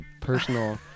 personal